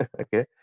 Okay